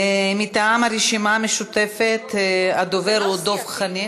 מטעם הרשימה המשותפת הדובר הוא דב חנין.